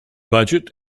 budget